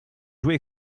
jouer